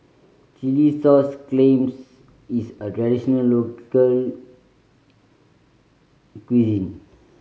chilli sauce clams is a traditional local cuisine